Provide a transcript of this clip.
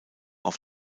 auf